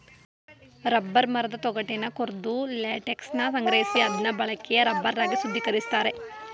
rubber ಮರದ ತೊಗಟೆನ ಕೊರ್ದು ಲ್ಯಾಟೆಕ್ಸನ ಸಂಗ್ರಹಿಸಿ ಅದ್ನ ಬಳಕೆಯ ರಬ್ಬರ್ ಆಗಿ ಶುದ್ಧೀಕರಿಸ್ತಾರೆ